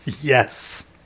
Yes